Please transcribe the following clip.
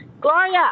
Gloria